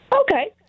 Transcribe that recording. okay